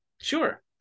sure